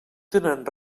tenen